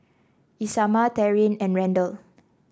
Isamar Taryn and Randal